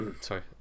sorry